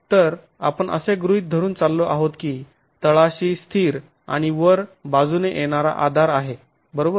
तर आपण असे गृहीत धरून चाललो आहोत की तळाशी स्थिर आणि वर बाजूने येणारा आधार आहे बरोबर